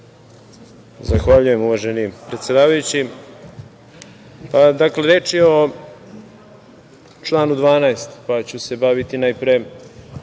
Zahvaljujem, uvaženi predsedavajući. Reč je o članu 12, pa ću se baviti najpre